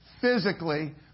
physically